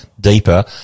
deeper